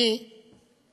מי